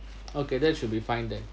okay that should be fine then